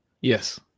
Yes